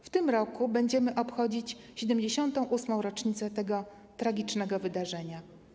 W tym roku będziemy obchodzić 78. rocznicę tego tragicznego wydarzenia.